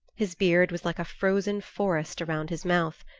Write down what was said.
his beard was like a frozen forest around his mouth.